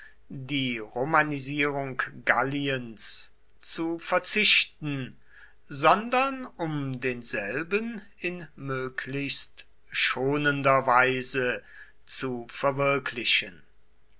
die romanisierung galliens zu verzichten sondern um denselben in möglichst schonender weise zu verwirklichen